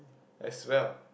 as well